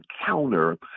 encounter